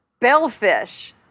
Bellfish